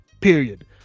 period